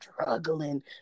struggling